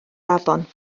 afon